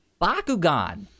Bakugan